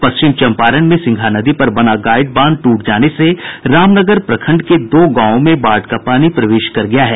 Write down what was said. पश्चिम चम्पारण में सिंगहा नदी पर बना गाईड बांध टूट जाने से रामनगर प्रखंड के दो गांवों में बाढ़ का पानी प्रवेश कर गया है